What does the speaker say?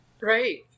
Right